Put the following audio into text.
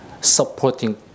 supporting